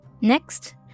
Next